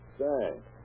Thanks